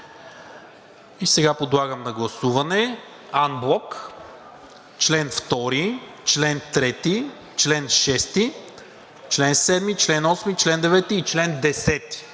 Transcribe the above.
Сега подлагам на гласуване анблок чл. 2, чл. 3, чл. 6, чл. 7, чл. 8, чл. 9 и чл. 10.